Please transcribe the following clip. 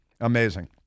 amazing